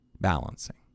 balancing